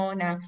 na